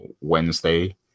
Wednesday